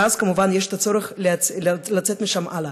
ואז כמובן יש צורך לצאת משם הלאה.